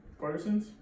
Partisans